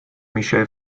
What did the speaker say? michelle